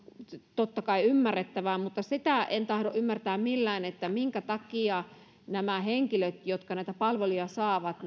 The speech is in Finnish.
totta kai ymmärrettävää mutta sitä en tahdo ymmärtää millään minkä takia meitä ei kiinnosta keitä ovat nämä henkilöt jotka näitä palveluja saavat